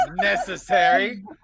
necessary